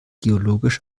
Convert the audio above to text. geologisch